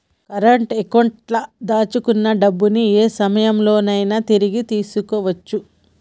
current అకౌంట్లో దాచుకున్న డబ్బుని యే సమయంలోనైనా తిరిగి తీసుకోవచ్చు